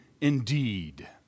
indeed